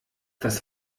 das